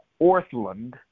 Orthland